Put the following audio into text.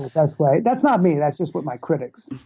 that's right. that's not me that's just what my critics